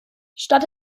statt